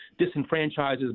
disenfranchises